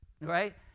Right